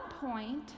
point